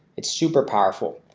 it's super powerful